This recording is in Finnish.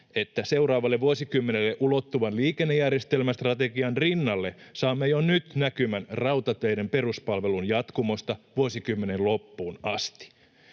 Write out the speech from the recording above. että seuraavalle vuosikymmenelle ulottuvan liikennejärjestelmästrategian rinnalle saamme jo nyt näkymän rautateiden peruspalvelun jatkumosta vuosikymmenen loppuun asti.